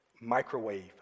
Microwave